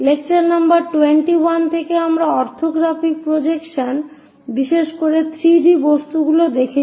lecture number 21 থেকে আমরা orthographic projection বিশেষ করে 3D বস্তুগুলি দেখছি